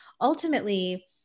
ultimately